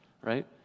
right